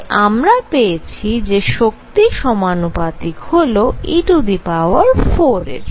তাই আমরা পেয়েছি যে শক্তি সমানুপাতিক হল e4 এর